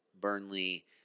Burnley